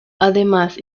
además